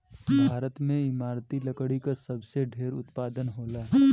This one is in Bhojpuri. भारत में इमारती लकड़ी क सबसे ढेर उत्पादन होला